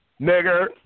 Nigger